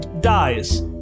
dies